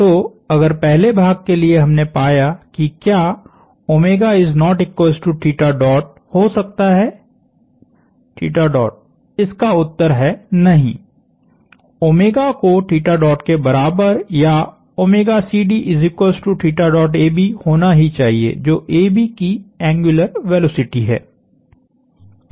तो अगर पहले भाग के लिए हमने पाया कि क्या हो सकता है इसका उत्तर है नहीं को के बराबर या होना ही चाहिए जो AB की एंग्यूलर वेलोसिटी है